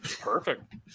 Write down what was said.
Perfect